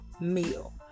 meal